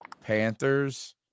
Panthers